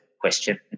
question